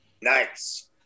Nice